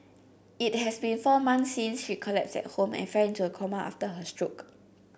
it has been four months since she collapsed at home and fell into a coma after her stroke